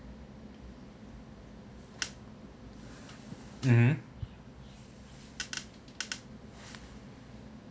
mmhmm